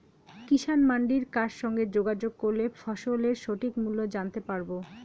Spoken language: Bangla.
কিষান মান্ডির কার সঙ্গে যোগাযোগ করলে ফসলের সঠিক মূল্য জানতে পারবো?